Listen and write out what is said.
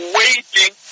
waiting